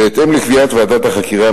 בהתאם לקביעת ועדת החקירה,